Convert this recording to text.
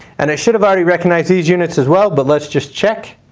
and it should've already recognized these units as well, but let's just check.